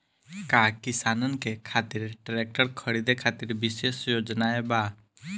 का किसानन के खातिर ट्रैक्टर खरीदे खातिर विशेष योजनाएं बा?